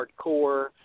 hardcore